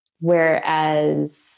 whereas